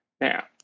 now